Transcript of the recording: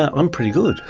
ah i'm pretty good,